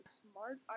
smart